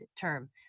term